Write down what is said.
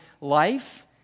life